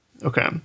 Okay